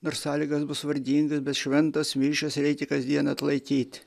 nor sąlygos bus vargingos bet šventos mišios reikia kasdien atlaikyt